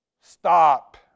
stop